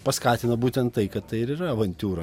paskatino būtent tai kad tai ir yra avantiūra